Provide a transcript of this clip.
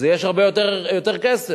יש הרבה יותר כסף.